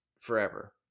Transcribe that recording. forever